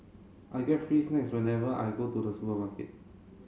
I get free snacks whenever I go to the supermarket